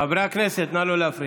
חברי הכנסת, נא לא להפריע.